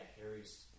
Harry's